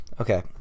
okay